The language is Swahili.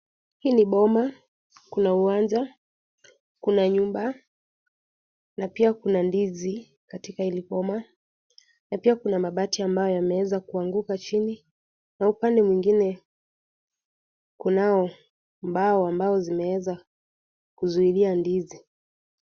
Hii ni boma, kuna uwanja, kuna nyumba na pia kuna ndizi katika hili boma na pia kuna mabati ambayo yameweza kuanguka chini na upande mwingine kunao mbao ambao zimeweza kuzuilia ndizi,